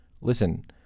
Listen